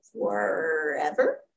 forever